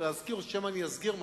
שמא אסגיר משהו,